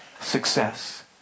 success